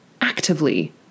actively